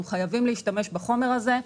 אנחנו חייבים להשתמש בחומר הזה.